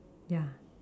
ya